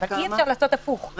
אבל אי אפשר לעשות הפוך.